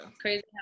Crazy